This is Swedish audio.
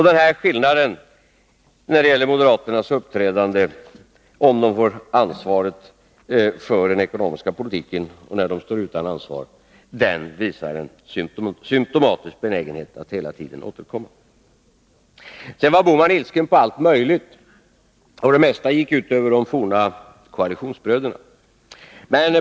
Den här skillnaden i moderaternas uppträdande när de har ansvar för den ekonomiska politiken och när de står utan ansvar visar en symtomatisk benägenhet att hela tiden återkomma. Gösta Bohman var ilsken på allt möjligt, och det mesta gick ut över de forna koalitionsbröderna.